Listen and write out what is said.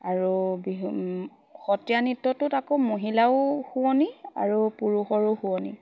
আৰু বিু সতীয়া নৃত্যটোত আকৌ মহিলাও শুৱনি আৰু পুৰুষৰো শুৱনি